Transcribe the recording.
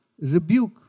rebuke